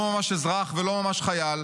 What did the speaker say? לא ממש אזרח ולא ממש חייל,